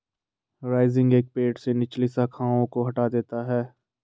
rising एक पेड़ से निचली शाखाओं को हटा देता है